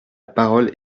parole